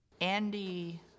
Andy